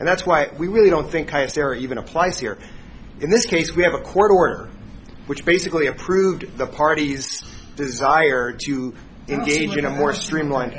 and that's why we really don't think i stare even applies here in this case we have a court order which basically approved the parties desire to engage in a more streamlined